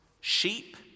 Sheep